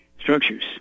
structures